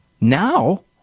now